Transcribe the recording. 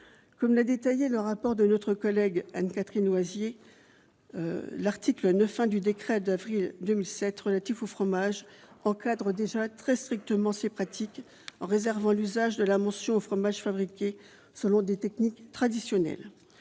Comme l'a détaillé le rapport d'Anne-Catherine Loisier, l'article 9-1 du décret du 27 avril 2007 relatif aux fromages encadre déjà très strictement ces pratiques en réservant l'usage de la mention aux fromages fabriqués « selon des techniques traditionnelles